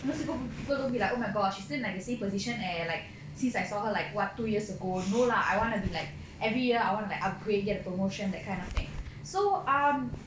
and those people people will be like oh my gosh she still like in the same position eh like since I saw her like what two years ago no lah I want to be like every year I want like upgrade get a promotion that kind of thing so um